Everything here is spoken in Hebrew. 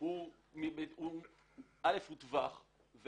הוא טווח .